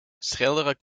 schilderen